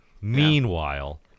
meanwhile